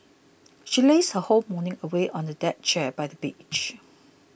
she lazed her whole morning away on a deck chair by the beach